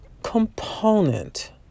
component